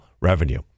revenue